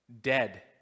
dead